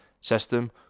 system